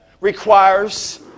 requires